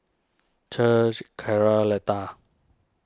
Chet Cara Letta